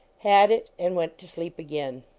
had it, and went to sleep again.